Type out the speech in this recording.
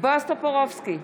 בועז טופורובסקי,